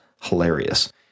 hilarious